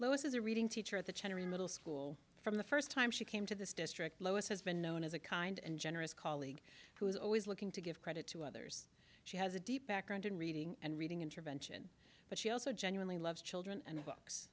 lewis is a reading teacher at the cherry middle school from the first time she came to this district lois has been known as a kind and generous colleague who is always looking to give credit to others she has a deep background in reading and reading intervention but she also genuinely loves children and books